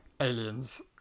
aliens